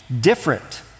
different